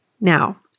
Now